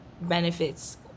benefits